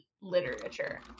literature